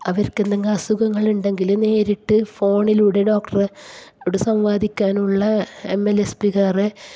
അവർക്ക് എന്തെങ്കിലും അസുഖങ്ങളുണ്ടെങ്കിൽ നേരിട്ട് ഫോണിലൂടെ ഡോക്ടറ ഓട് സംവദിക്കാനുള്ള എം എൽ എസ് പിക്കാറെ